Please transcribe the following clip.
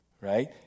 Right